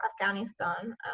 Afghanistan